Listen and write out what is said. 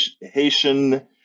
Haitian